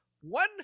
one